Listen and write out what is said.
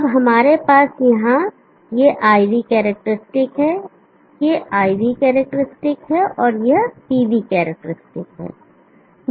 अब यहाँ हमारे पास यह IV कैरेक्टरिस्टिक है यह IV कैरेक्टरिस्टिक है और यह PV कैरेक्टरिस्टिक है